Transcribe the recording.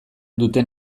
duten